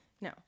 No